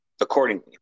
accordingly